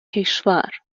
کشور